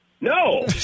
No